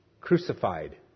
crucified